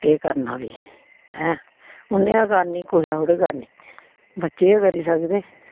केह् करना भी ऐं उ'नें गै करनी कुसै थोह्ड़े बच्चे गै करी सकदे